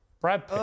Brad